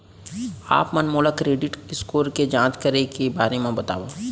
आप मन मोला क्रेडिट स्कोर के जाँच करे के बारे म बतावव?